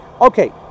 Okay